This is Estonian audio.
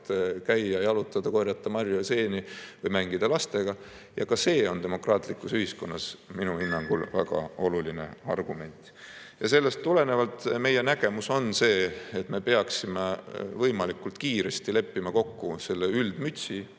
metsas jalutada, korjata marju ja seeni või mängida lastega, mis on demokraatlikus ühiskonnas minu hinnangul ka väga oluline argument. Sellest tulenevalt on meie nägemus see, et me peaksime võimalikult kiiresti leppima kokku selle üldmütsi,